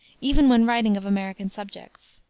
even when writing of american subjects.